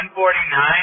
149